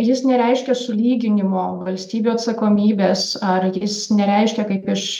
jis nereiškia sulyginimo valstybių atsakomybės ar jis nereiškia kaip iš